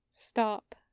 Stop